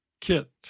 Kit